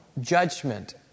judgment